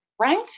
right